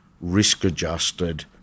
risk-adjusted